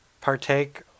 partake